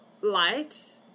light